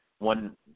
one